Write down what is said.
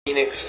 Phoenix